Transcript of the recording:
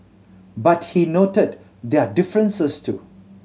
but he noted their differences too